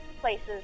places